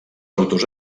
autors